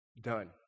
done